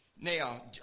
now